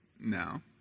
No